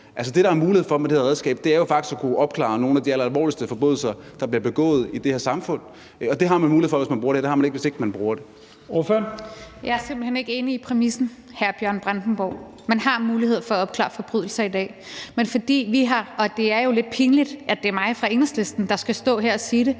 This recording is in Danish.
det, der er mulighed for med det her redskab, er jo faktisk at kunne opklare nogle af de alleralvorligste forbrydelser, der bliver begået i det her samfund. Det har man mulighed for, hvis man bruger det her, og det har man ikke, hvis ikke man bruger det. Kl. 13:55 Første næstformand (Leif Lahn Jensen): Ordføreren. Kl. 13:55 Rosa Lund (EL): Jeg er simpelt hen ikke enig i præmissen, hr. Bjørn Brandenborg. Man har mulighed for at opklare forbrydelser i dag, men fordi vi har, og det er jo lidt pinligt, at det er mig fra Enhedslisten, der skal stå her og sige det,